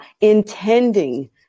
intending